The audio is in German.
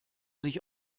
sich